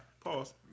Pause